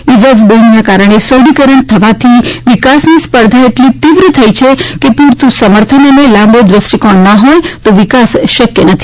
is of ડૂઇંગને કારણે સરળીકરણ થવાથી વિકાસની સ્પર્ધા એટલી તીવ્ર થઇ ગઇ છે કે પ્રરતો સમર્થન અને લાંબો દ્રષ્ટિકોણ ન હોય તો વિકાસ શકય નથી